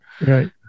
right